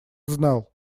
знал